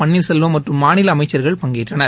பன்னீர்செல்வம் மற்றும் மாநில அமைச்சர்கள் பங்கேற்றனர்